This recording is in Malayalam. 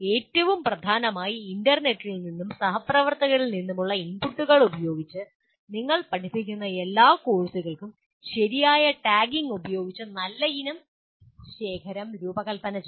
ഏറ്റവും പ്രധാനമായി ഇൻറർനെറ്റിൽ നിന്നും സഹപ്രവർത്തകരിൽ നിന്നുമുള്ള ഇൻപുട്ടുകൾ ഉപയോഗിച്ച് നിങ്ങൾ പഠിപ്പിക്കുന്ന എല്ലാ കോഴ്സുകൾക്കും ശരിയായ ടാഗിംഗ് ഉപയോഗിച്ച് നല്ല ഇനം ശേഖരം രൂപകൽപ്പന ചെയ്യുക